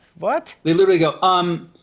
but they literally go, um,